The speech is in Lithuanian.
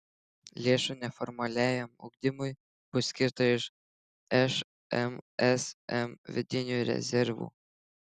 lėšų neformaliajam ugdymui bus skirta iš šmsm vidinių rezervų